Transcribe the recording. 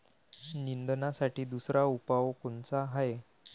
निंदनासाठी दुसरा उपाव कोनचा हाये?